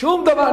שום דבר.